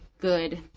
good